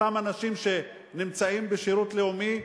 אותם אנשים שנמצאים בשירות לאומי,